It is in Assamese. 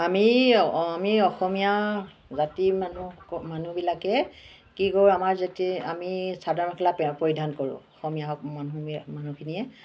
আমি আমি অসমীয়া জাতি মানুহবিলাকে কি কৰোঁ আমাৰ যেতিয়া আমি চাদৰ মেখেলা পৰিধান কৰোঁ অসমীয়া হওক মানুহে মানুহখিনিয়ে